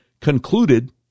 concluded